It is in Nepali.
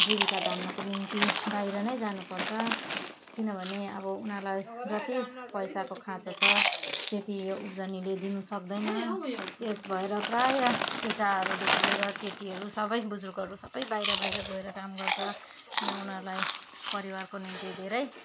जीविका धान्नको निम्ति बाहिर नै जान पर्छ किनभने अब उनीहरूलाई जति पैसाको खाँचो छ त्यति यो उब्जनीले दिन सक्दैन त्यस भएर प्रायः केटाहरूदेखि लिएर केटीहरू सबै बुजुर्गहरू सबै बाहिर बाहिर गएर काम गर्छ किन उनीहरूलाई परिवारको निम्ति धेरै